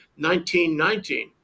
1919